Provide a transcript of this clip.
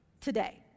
today